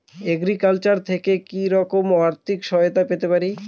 Agriculture থেকে কি রকম আর্থিক সহায়তা পেতে পারি?